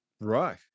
Right